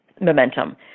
momentum